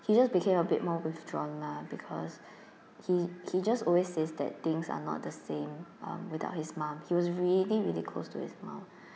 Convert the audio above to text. he just became a bit more withdrawn lah because he he just always says that things are not the same um without his mum he was really really close to his mum